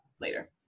later